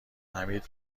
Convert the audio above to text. حمید